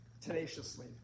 tenaciously